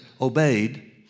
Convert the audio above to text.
obeyed